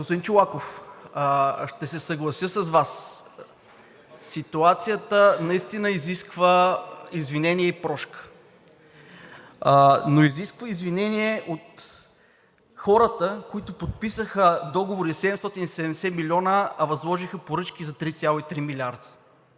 Господин Чолаков, ще се съглася с Вас, ситуацията наистина изисква извинение и прошка, но изисква извинение от хората, които подписаха договори за 770 милиона, а възложиха поръчки за 3,3 милиарда.